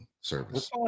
service